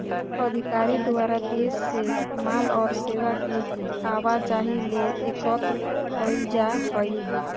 अधिकारी द्वारा देश से माल और सेवा के आवाजाही ले एकत्र कइल जा हइ